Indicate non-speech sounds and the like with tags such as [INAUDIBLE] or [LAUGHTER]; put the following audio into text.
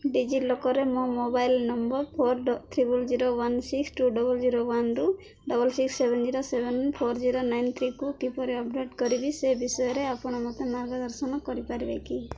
ଡିଜିଲକରରେ ମୋ mobile number four [UNINTELLIGIBLE] zero one six two double zero ୱାନରୁ double six seven zero seven four zero nine ଥ୍ରୀକୁ କିପରି update କରିବି ସେ ବିଷୟରେ ଆପଣ ମୋତେ ମାର୍ଗଦର୍ଶନ କରିପାରିବେ କି